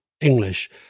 English